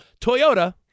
Toyota